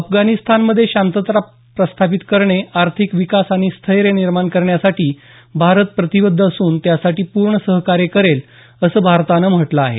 अफगाणिस्तानमधे शांतता प्रस्थापित करणे आर्थिक विकास आणि स्थैर्य निर्माण करण्यासाठी भारत प्रतिबद्ध असून यासाठी पूर्ण सहकार्य करेल असं भारतानं म्हटलं आहे